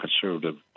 conservative